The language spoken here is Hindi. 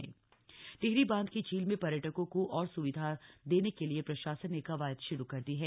टिहरी झील टिहरी बांध की झील में पर्यटकों को ओर सुविधा देने के लिए प्रशासन ने कवायद श्रू कर दी है